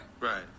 Right